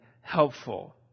helpful